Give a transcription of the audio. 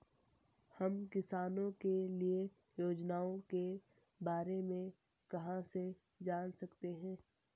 हम किसानों के लिए योजनाओं के बारे में कहाँ से जान सकते हैं?